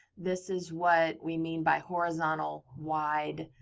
this is what we mean by horizontal wide.